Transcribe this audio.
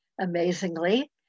amazingly